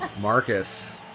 marcus